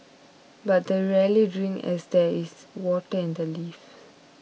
but they rarely drink as there is water in the leaves